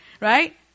Right